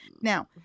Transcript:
Now